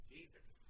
Jesus